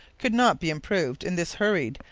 could not be improvised in this hurried,